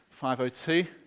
502